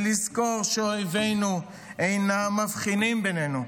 ולזכור שאויבינו אינם מבחינים בינינו.